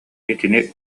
итини